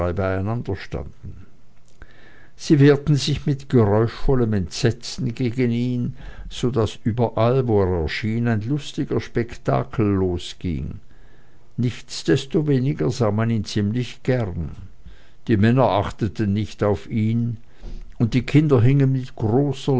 beieinanderstanden sie wehrten sich mit geräuschvollem entsetzen gegen ihn so daß überall wo er erschien ein lustiger spektakel losging nichtsdestoweniger sah man ihn ziemlich gern die männer achteten nicht auf ihn und die kinder hingen mit großer